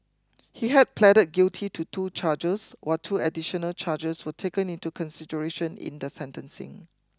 he had pleaded guilty to two charges while two additional charges were taken into consideration in the sentencing